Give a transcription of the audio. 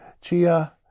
Chia